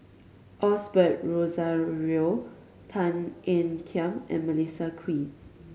Osbert Rozario Tan Ean Kiam and Melissa Kwee